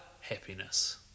happiness